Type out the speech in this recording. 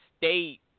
State